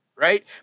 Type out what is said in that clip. right